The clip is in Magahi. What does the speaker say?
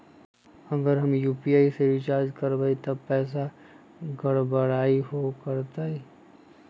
अगर हम यू.पी.आई से रिचार्ज करबै त पैसा गड़बड़ाई वो करतई?